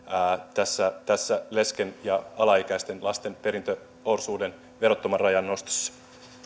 tässä tässä lesken ja alaikäisten lasten perintöosuuden verottoman rajan nostossa